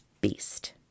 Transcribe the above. beast